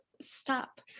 stop